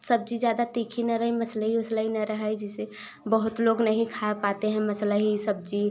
सब्ज़ी ज़्यादा तीखी ना रहे मसलही ओसलही न रहै जैसे बहुत लोग नहीं खा पाते हैं मसलही सब्जी